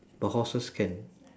but horses can